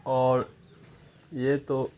اور یہ تو